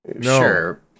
sure